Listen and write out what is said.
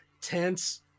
tense